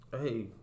Hey